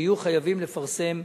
שיהיו חייבים לפרסם